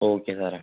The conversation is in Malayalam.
ഓക്കെ സാറെ